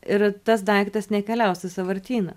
ir tas daiktas nekeliaus į sąvartyną